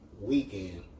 weekend